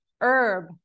herb